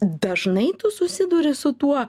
dažnai tu susiduri su tuo